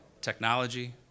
technology